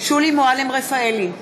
שולי מועלם-רפאלי,